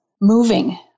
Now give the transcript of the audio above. moving